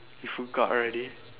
you forgot already